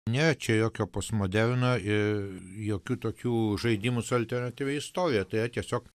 ne čia jokio postmoderno ir jokių tokių žaidimų su alternatyvia istorija tai yra tiesiog